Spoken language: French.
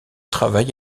travail